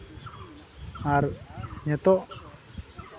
ᱟᱨ ᱱᱤᱛᱚᱜ